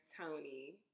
Tony